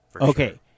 Okay